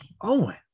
Owen